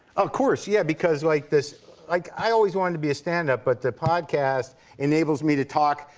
of course, yeah, because, like, this like, i always wanted to be a stand-up, but the podcast enables me to talk.